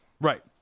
Right